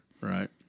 right